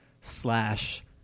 slash